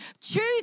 Choose